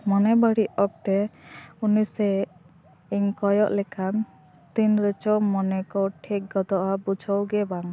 ᱢᱚᱱᱮ ᱵᱟᱹᱲᱤᱡ ᱚᱠᱛᱮ ᱩᱱᱤ ᱥᱮᱫ ᱤᱧ ᱠᱚᱭᱚᱜ ᱞᱮᱠᱷᱟᱱ ᱛᱤᱱ ᱨᱮᱪᱚ ᱢᱚᱱᱮ ᱠᱚ ᱴᱷᱤᱠ ᱜᱚᱫᱚᱜᱼᱟ ᱵᱩᱡᱷᱟᱹᱣ ᱜᱮ ᱵᱟᱝ